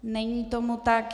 Není tomu tak.